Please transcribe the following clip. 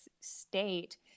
state